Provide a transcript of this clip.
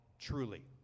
truly